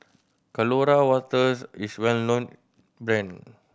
Colora Waters is a well known brand